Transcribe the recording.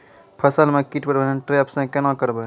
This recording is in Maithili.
फसल म कीट प्रबंधन ट्रेप से केना करबै?